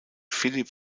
philipp